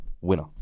winner